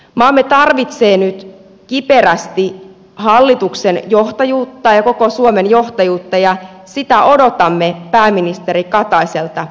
maamme tarvitsee nyt kiperästi hallituksen johtajuutta ja koko suomen johtajuutta ja sitä odotamme pääministeri kataiselta